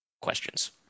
questions